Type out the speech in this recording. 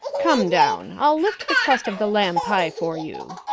come down i'll lift the crust of the lamb pie for you.